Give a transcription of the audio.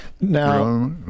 Now